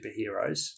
superheroes